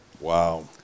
Wow